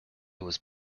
was